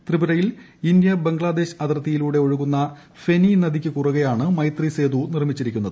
ത്രിപുരയിൽ ഇന്ത്യ ബംഗ്ലാദേശ് അതിർത്തിയിലൂടെ ഒഴുകുന്ന ഫെനി നദിയ്ക്ക് കുറുകെയാണ് മൈത്രി സേതു എന്ന പാലം നിർമ്മിച്ചിരിക്കുന്നത്